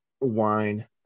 Wine